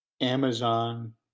Amazon